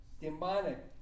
demonic